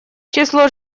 число